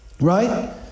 right